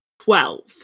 Twelve